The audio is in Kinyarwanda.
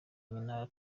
nyina